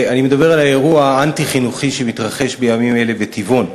אני מדבר על האירוע האנטי-חינוכי שמתרחש בימים אלה בטבעון.